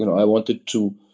you know i wanted to